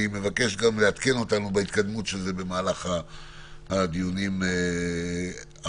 אני מבקש לעדכן אותנו בהתקדמות של זה במהלך הדיונים הבאים.